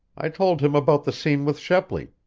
i told him about the scene with shepley.